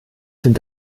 sind